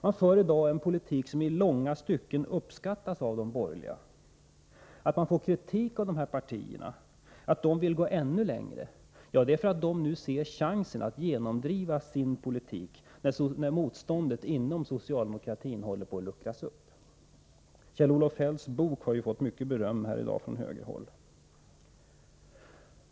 Man för i dag en politik som i långa stycken uppskattas av de borgerliga. Att man får kritik av dessa partier beror på att de vill gå ännu längre och att de nu ser chansen att genomdriva sin politik, när motståndet inom socialdemokratin håller på att luckras upp. Kjell-Olof Feldts bok har ju fått mycket beröm här i dag från högerhåll.